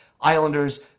Islanders